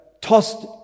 tossed